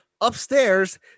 upstairs